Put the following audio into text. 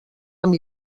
amb